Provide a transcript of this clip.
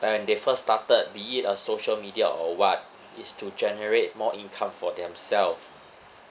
and when they first started be it a social media or what is to generate more income for themselves